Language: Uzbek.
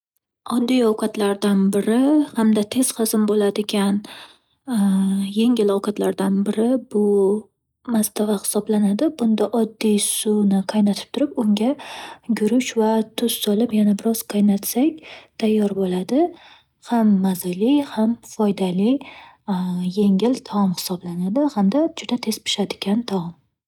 Oddiy ovqatlardan biri, hamda tez hazm bo'ladigan yengil ovqatlardan biri bu-mastava hisoblanadi. Bunda oddiy suvni qaynatib turib, unga guruch va tuz solib yana biroz qaynatsak tayyor bo'ladi. Ham mazali, ham foydali yengil taom hisoblanadi Hamda juda tez pishadigan taom.